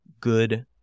good